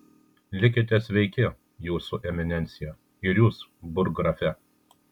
likite sveiki jūsų eminencija ir jūs burggrafe